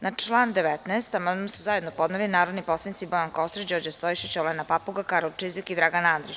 Na član 19. amandman su zajedno podneli narodni poslanici Bojan Kostreš, Đorđe Stojšić, Olena Papuga, Karolj Čizik i Dragan Andrić.